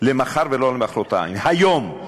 לא למחר ולא למחרתיים, היום.